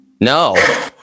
No